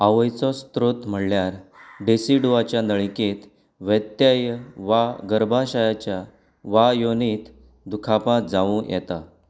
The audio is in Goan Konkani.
आवयचो स्त्रोत म्हणल्यार डेसिडोआच्या नळिकेत व्यत्यय वा गर्भाशयाच्या वा योनीत दुखापत जावूं येता